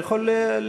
אתה יכול לשאול,